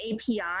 API